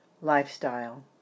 lifestyle